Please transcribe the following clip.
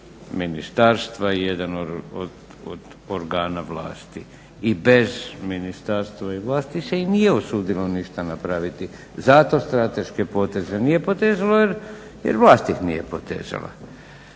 ministarstva i jedan od organa vlasti. I bez ministarstva i vlasti se i nije usudilo ništa napraviti. Zato strateške poteze nije potezalo jer vlast ih nije potezala.